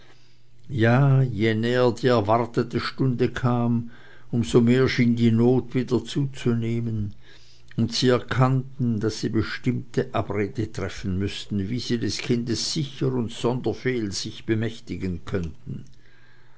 ja je näher die erwartete stunde kam um so mehr schien die not wieder zuzunehmen und sie erkannten daß sie bestimmte abrede treffen müßten wie sie des kindes sicher und sonder fehl sich bemächtigen könnten